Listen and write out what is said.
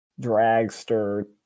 Dragster